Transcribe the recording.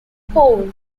pole